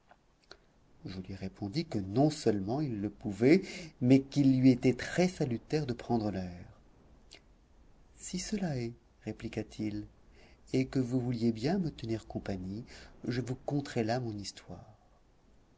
je lui répondis que non-seulement il le pouvait mais qu'il lui était très salutaire de prendre l'air si cela est répliqua-t-il et que vous vouliez bien me tenir compagnie je vous conterai là mon histoire